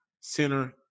center